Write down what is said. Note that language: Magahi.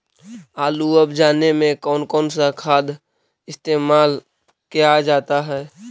आलू अब जाने में कौन कौन सा खाद इस्तेमाल क्या जाता है?